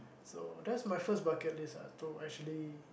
so that's my first bucket list ah to actually